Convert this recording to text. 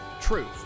Truth